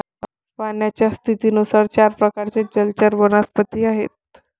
पाण्याच्या स्थितीनुसार चार प्रकारचे जलचर वनस्पती आहेत